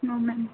औ मेम